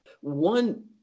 one